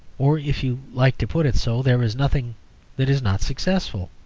or, if you like to put it so, there is nothing that is not successful.